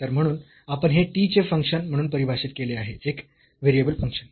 तर म्हणून आपण हे t चे फंक्शन म्हणून परिभाषित केले आहे एक व्हेरिएबल फंक्शन